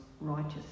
righteous